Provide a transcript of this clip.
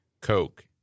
Coke